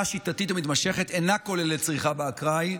שיטתית ומתמשכת אינה כוללת צריכה באקראי,